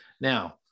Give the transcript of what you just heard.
Now